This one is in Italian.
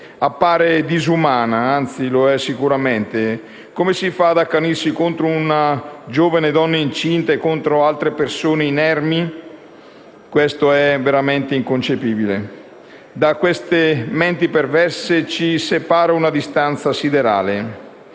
appare disumana, anzi lo è sicuramente. Come si fa ad accanirsi contro una giovane donna incinta e altre persone inermi? Questo è veramente inconcepibile. Da queste menti perverse ci separa una distanza siderale.